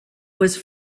was